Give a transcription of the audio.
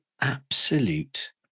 absolute